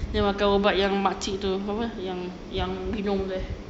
dia makan ubat yang makcik tu yang yang minum tu